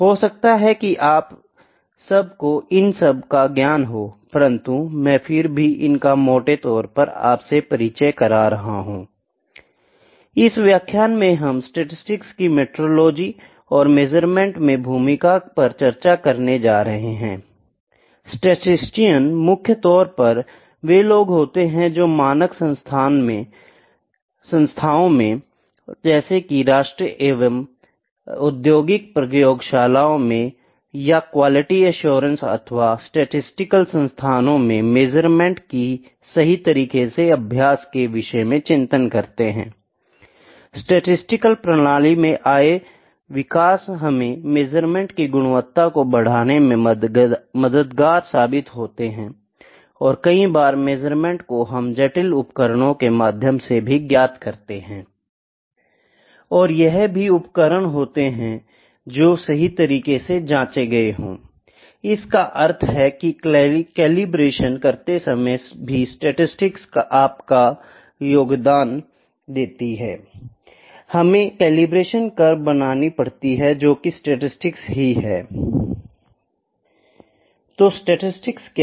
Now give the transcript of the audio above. हो सकता है की आप सबको इन सब का ज्ञान हो परंतु मैं फिर भी इनका मोटे तौर पर आपसे परिचय करा रहा हूं I इस व्याख्यान में हम स्टैटिसटिक्स की मेट्रोलॉजी और मेजरमेंट में भूमिका पर चर्चा करने जा रहे हैं I स्टैटिसटिशियन मुख्य तौर पर वे लोग होते हैं जो मानक संस्थानों में जैसे कि राष्ट्रीय अथवा औद्योगिक प्रयोगशालाओं में या क्वालिटी एश्योरेंस अथवा स्टैटिसटिकल संस्थानों में मेजरमेंट की सही तरीके से अभ्यास के विषय में चिंतन करते हैं I स्टैटिसटिकल कार्यप्रणाली मे आया विकास हमें मेजरमेंट की गुणवत्ता को बढ़ाने में मददगार साबित होता है और कई बार मेजरमेंट को हम जटिल उपकरणों के माध्यम से भी ज्ञात करते हैं I और यह भी उपकरण होते हैं जो सही तरीके से जांचे गए हो I इसका अर्थ है की कैलिब्रेशन करते समय भी स्टैटिसटिक्स अपना योगदान देती है I हमें कैलिब्रेशन कर्व बनानी पड़ती है जोकि स्टैटिसटिक्स ही है I तो स्टैटिसटिक्स क्या है